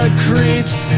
creeps